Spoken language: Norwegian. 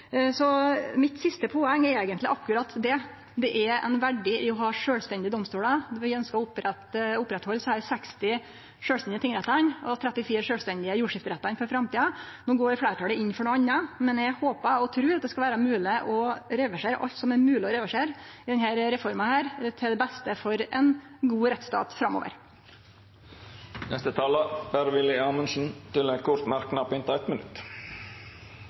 Så mitt siste poeng er eigentleg akkurat det: at det er ein verdi i å ha sjølvstendige domstolar. Vi ønskjer å oppretthalde desse 60 sjølvstendige tingrettane og 34 sjølvstendige jordskifterettane for framtida. No går fleirtalet inn for noko anna, men eg håpar og trur at det skal vere mogleg å reversere alt som er mogleg å reversere i denne reforma, til beste for ein god rettsstat framover. Representanten Per-Willy Amundsen har hatt ordet to gonger tidlegare og får ordet til ein kort merknad, avgrensa til 1 minutt.